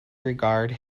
regard